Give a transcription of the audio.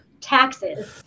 taxes